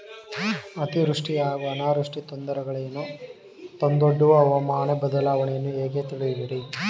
ಅತಿವೃಷ್ಟಿ ಹಾಗೂ ಅನಾವೃಷ್ಟಿ ತೊಂದರೆಗಳನ್ನು ತಂದೊಡ್ಡುವ ಹವಾಮಾನ ಬದಲಾವಣೆಯನ್ನು ಹೇಗೆ ತಿಳಿಯುವಿರಿ?